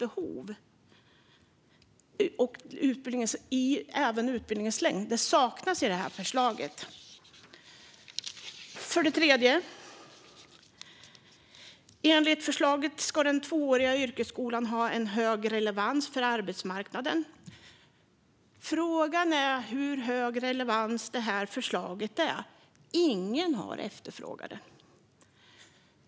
Det gäller även utbildningens längd. Detta saknas i förslaget. Det tredje skälet är: Enligt förslaget ska den tvååriga yrkesskolan ha en hög relevans för arbetsmarknaden. Frågan är hur hög relevans förslaget har. Ingen har efterfrågat det.